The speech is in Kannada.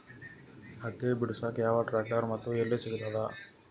ಹತ್ತಿ ಬಿಡಸಕ್ ಯಾವ ಟ್ರ್ಯಾಕ್ಟರ್ ಮತ್ತು ಎಲ್ಲಿ ಸಿಗತದ?